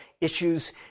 issues